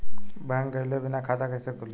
Bank गइले बिना खाता कईसे खुली?